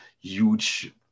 huge